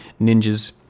ninjas